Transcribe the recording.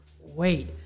wait